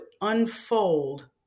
unfold